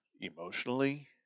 emotionally